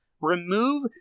Remove